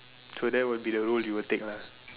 so that would be the role you would take lah